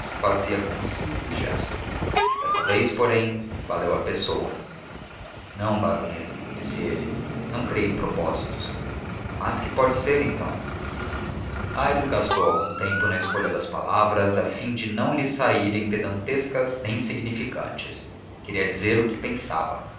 fazia com um simples gesto desta vez porém valeu a pessoa não baronesa disse ele não creia em propósitos mas que pode ser então aires gastou algum tempo na escolha das palavras a fim de lhe não saírem pedantescas nem insignificantes queria dizer o que pensava